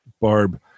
Barb